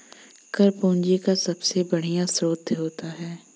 कर पूंजी का सबसे बढ़िया स्रोत होता है